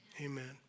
Amen